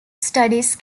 studies